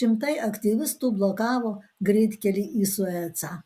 šimtai aktyvistų blokavo greitkelį į suecą